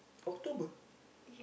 October